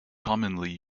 commonly